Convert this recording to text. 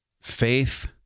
Faith